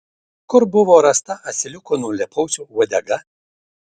kur buvo rasta asiliuko nulėpausio uodega